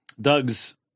Doug's